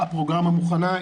הפרוגרמה מוכנה,